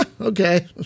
Okay